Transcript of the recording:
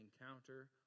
encounter